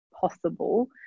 possible